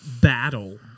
battle